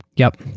yup.